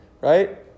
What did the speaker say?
right